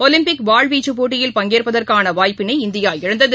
Olympic வாள்வீச்சுபோட்டியில் பங்கேற்பதற்கானவாய்ப்பினை India இழந்தது